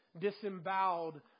disemboweled